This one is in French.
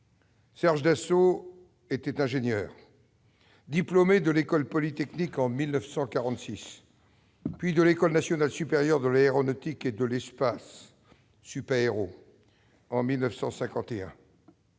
Serge Dassault devint ingénieur. Diplômé de l'École polytechnique en 1946, puis de l'École nationale supérieure de l'aéronautique et de l'espace- Supaéro -en 1951,